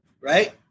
Right